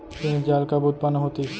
ऋण जाल कब उत्पन्न होतिस?